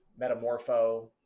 Metamorpho